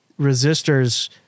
resistors